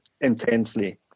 intensely